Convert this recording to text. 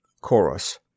Chorus